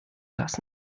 lassen